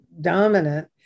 dominant